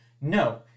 No